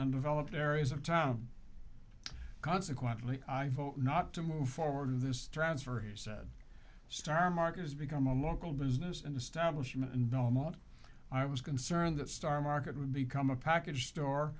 undeveloped areas of town consequently not to move forward in this transfer he said star market has become a local business and establishment in belmont i was concerned that star market would become a package store